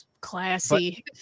classy